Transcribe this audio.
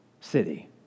city